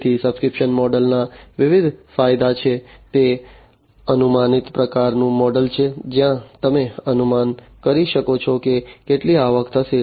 તેથી subscription model ના વિવિધ ફાયદા છે તે અનુમાનિત પ્રકારનું મોડેલ છે જ્યાં તમે અનુમાન કરી શકો છો કે કેટલી આવક થશે